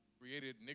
created